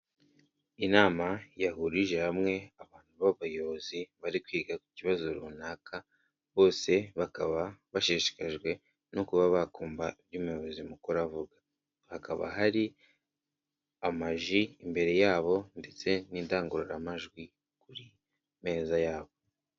Inama yahurije hamwe abantu b'abayobozi bari kwiga ku kibazo runaka bose bakaba bashishikajwe no kuba bakumva ibyo umuyobozi mukuru avuga hakaba hari amaji imbere yabo ndetse n'indangururamajwi kuri meza yabo.